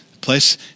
place